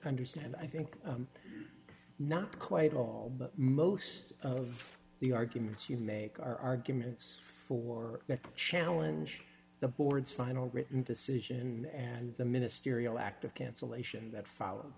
understand i think not quite all but most of the arguments you make are arguments for that challenge the board's final written decision and the ministerial act of cancellation that followed